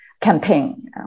campaign